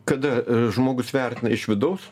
kada žmogus vertina iš vidaus